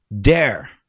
dare